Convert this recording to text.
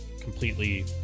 completely